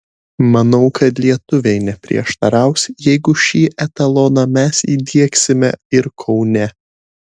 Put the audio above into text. manau kad lietuviai neprieštaraus jeigu šį etaloną mes įdiegsime ir kaune